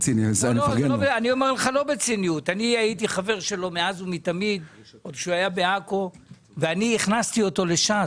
הייתי חבר שלו מאז ומתמיד עוד כשהוא היה בעכו ואני הכנסתי אותו לש"ס.